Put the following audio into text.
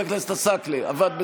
עבד בסדר.